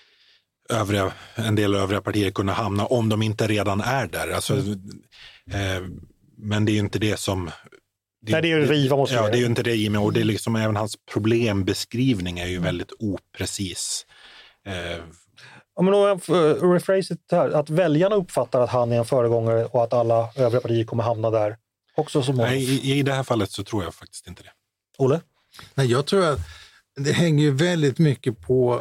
övriga- en del övriga partier kunna hamna om de inte redan är där. Alltså, Mm. eh, men det är ju inte det som- det- Nej, det är ju det- riva moskéer. ja, det är ju inte det, Jimmy. Och det är Mm. liksom även hans problembeskrivning är ju Mm. väldigt oprecis. Eh, Ja, men om jag får rephrase det här, att väljarna uppfattar att han är en föregångare och att alla övriga partier kommer hamna där också som- Nej, i- i det här fallet så tror jag faktiskt inte det. Olle? Nej, jag tror att det hänger ju väldigt mycket på-